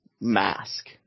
mask